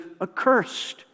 accursed